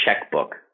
checkbook